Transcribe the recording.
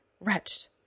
wretched